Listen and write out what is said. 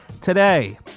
Today